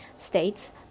states